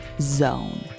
zone